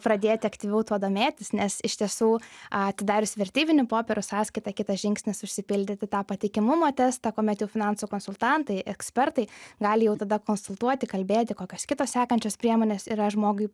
pradėti aktyviau tuo domėtis nes iš tiesų atidarius vertybinių popierių sąskaitą kitas žingsnis užsipildyti tą patikimumo testą kuomet jau finansų konsultantai ekspertai gali jau tada konsultuoti kalbėti kokios kitos sekančios priemonės yra žmogui